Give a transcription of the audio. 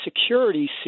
security